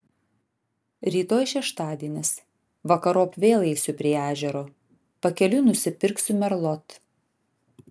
rytoj šeštadienis vakarop vėl eisiu prie ežero pakeliui nusipirksiu merlot